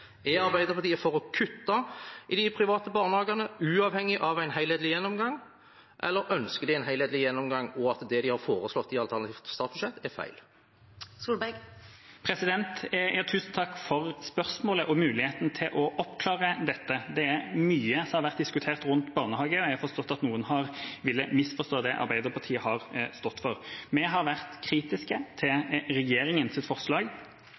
Er Arbeiderpartiet for å kutte i de private barnehagene uavhengig av en helhetlig gjennomgang, eller ønsker de en helhetlig gjennomgang og at det de har foreslått i alternativt statsbudsjett, er feil? Tusen takk for spørsmålet og muligheten til å oppklare dette. Det er mye som har vært diskutert rundt barnehage, og jeg har forstått at noen har villet misforstå det Arbeiderpartiet har stått for. Vi har vært kritiske til regjeringens forslag